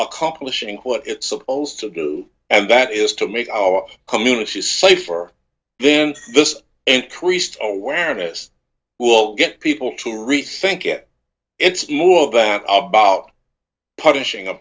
accomplishing what it's supposed to do and that is to make our communities safer then this increased awareness will get people to rethink it it's more than about punishing a